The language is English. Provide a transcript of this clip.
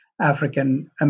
African